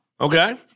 Okay